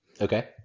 Okay